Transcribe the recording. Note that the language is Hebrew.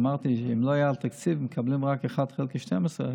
אמרתי: אם לא היה תקציב והיינו מקבלים רק אחד חלקי 12,